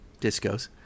discos